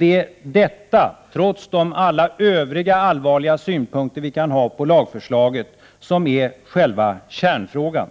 Det är detta, trots alla övriga allvarliga synpunkter vi kan ha på lagförslaget, som är själva kärnfrågan.